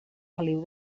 feliu